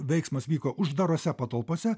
veiksmas vyko uždarose patalpose